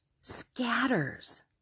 scatters